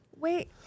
Wait